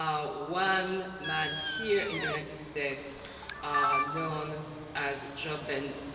um one man here in the united states known as job ben